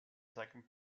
second